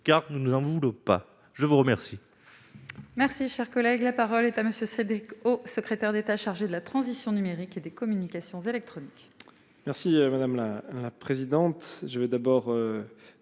car nous nous en voulons pas, je vous remercie.